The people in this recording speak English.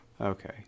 Okay